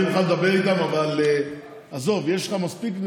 אני מוכן לדבר איתם,